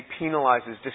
penalizes